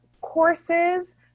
courses